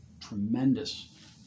tremendous